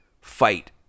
fight